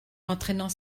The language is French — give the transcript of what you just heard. entraînant